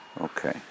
Okay